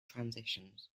transitions